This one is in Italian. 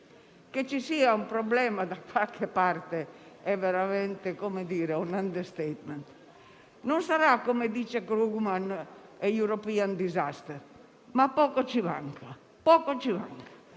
Che ci sia un problema da qualche parte è veramente un *understatement*. Non sarà, come dice Krugman, un *european disaster*, ma poco ci manca. Noi